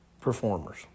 performers